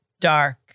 dark